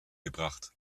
gebracht